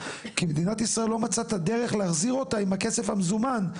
כי מדינת ישראל לא מצאה את הדרך להחזיר אותה עם הכסף המזומן,